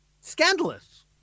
Scandalous